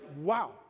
wow